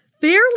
fairly